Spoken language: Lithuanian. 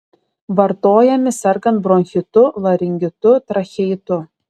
vartojami sergant bronchitu laringitu tracheitu